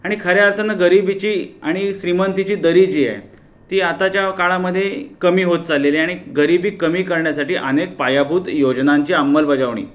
आणि खऱ्या अर्थानं गरीबीची आणि श्रीमंतीची दरी जी आहे ती आताच्या काळामध्ये कमी होत चाललेली आहे आणि गरीबी कमी करण्यासाठी अनेक पायाभूत योजनांची अंमलबजावणी